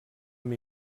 amb